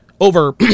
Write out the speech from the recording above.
over